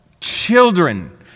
children